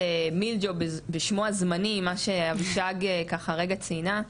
'מדיו' בשמו הזמני מה שאבישג ככה הרגע ציינה,